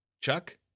Chuck